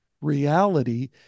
reality